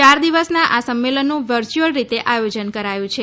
ચાર દિવસના આ સંમેલનનું વર્ચ્યુઅલ રીતે આયોજન કરાયું છે